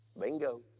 Bingo